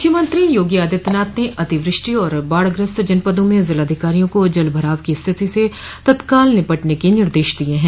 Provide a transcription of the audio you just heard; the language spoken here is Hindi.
मुख्यमंत्री योगी आदित्यनाथ ने अतिवृष्टि और बाढ़ग्रस्त जनपदों में जिलाधिकारियों को जलभराव की स्थिति से तत्काल निपटने के निर्देश दिये हैं